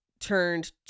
turned